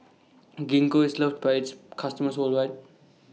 Gingko IS loved By its customers worldwide